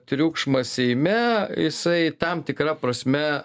triukšmas seime jisai tam tikra prasme